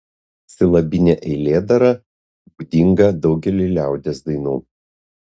silabinė eilėdara būdinga daugeliui liaudies dainų